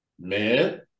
Man